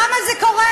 למה זה קורה?